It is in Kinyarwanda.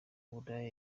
uburaya